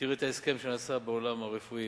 תראו את ההסכם שנעשה בעולם הרפואי,